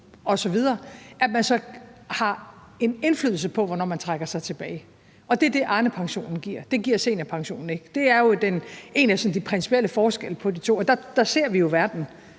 osv., så har en indflydelse på, hvornår man trækker sig tilbage. Det er det, Arnepensionen giver. Det giver seniorpensionen ikke. Det er en af de sådan principielle forskelle på de to, og der ser vi jo verden